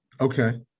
Okay